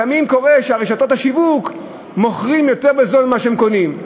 לפעמים קורה שרשתות השיווק מוכרות יותר בזול ממה שהן קונות.